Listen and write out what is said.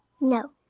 No